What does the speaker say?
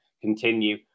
continue